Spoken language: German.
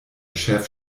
chef